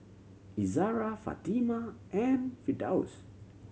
Izzara Fatimah and Firdaus